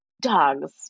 dogs